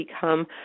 become